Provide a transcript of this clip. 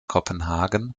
kopenhagen